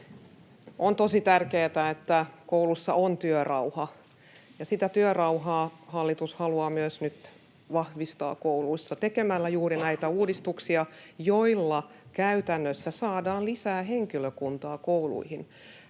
On tosi tärkeätä, että koulussa on työrauha, ja sitä työrauhaa hallitus haluaa myös nyt vahvistaa kouluissa tekemällä juuri näitä uudistuksia, joilla käytännössä saadaan lisää henkilökuntaa kouluihin.